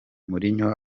mourinho